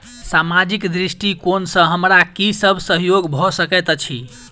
सामाजिक दृष्टिकोण सँ हमरा की सब सहयोग भऽ सकैत अछि?